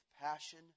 passion